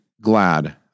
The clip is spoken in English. glad